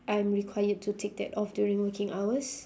I'm required to take that off during working hours